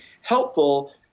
helpful